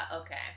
Okay